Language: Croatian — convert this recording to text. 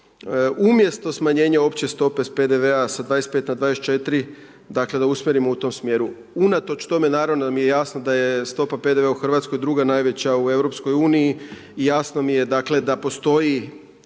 umjesto smanjenja opće stope PDV-a s 25 na 24 dakle da usmjerimo u tom smjeru. Unatoč tome naravno da mi je jasno da je stopa PDV-a u Hrvatskoj druga najveća u EU i jasno mi je da postoji